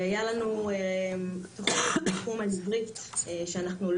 הייתה לנו תוכנית בתחום העברית שלא